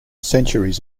centuries